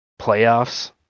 playoffs